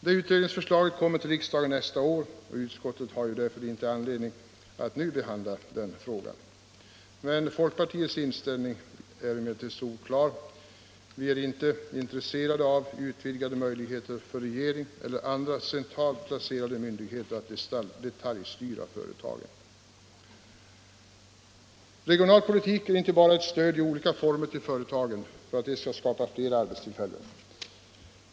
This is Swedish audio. Det utredningsförslaget kommer till riksdagen nästa år, och utskottet har därför inte anledning att nu behandla den frågan. Folkpartiets inställning är emellertid solklar: Vi är inte intresserade av utvidgade möjligheter för regering eller andra centralt placerade myndigheter att detaljstyra företagen. Regionalpolitik är inte bara stöd i olika former till företagen för att de skall skapa fler arbetstillfällen.